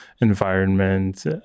environment